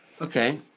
Okay